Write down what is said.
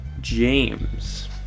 James